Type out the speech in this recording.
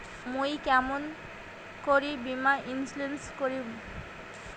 মুই কেমন করি বীমা ইন্সুরেন্স করিম?